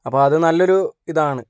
അപ്പോൾ അത് നല്ലൊരു ഇതാണ്